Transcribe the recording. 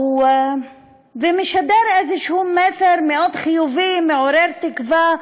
ומשדר איזשהו מסר מאוד חיובי, מעורר תקווה,